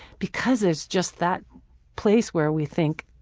because there's just that place where we think,